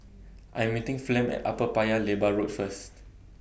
I Am meeting Flem At Upper Paya Lebar Road First